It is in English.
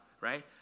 right